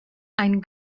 ein